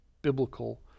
Biblical